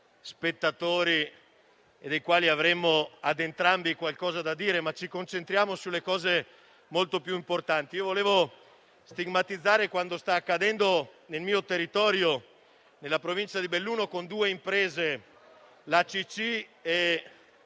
spettatori. Ad entrambe le parti avremmo qualcosa da dire, ma ci concentriamo su cose molto più importanti. Vorrei stigmatizzare quanto sta accadendo nel mio territorio, nella Provincia di Belluno, con due imprese, la ACC e